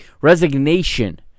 resignation